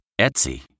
Etsy